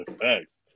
thanks